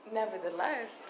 nevertheless